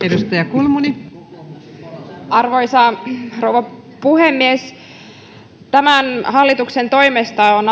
arvoisa rouva puhemies tämän hallituksen toimesta on